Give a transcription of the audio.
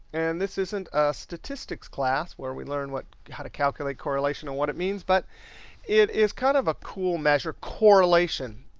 and this isn't a statistics class, where we learn how to calculate correlation and what it means, but it is kind of a cool measure correlation.